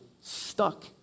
stuck